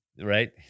Right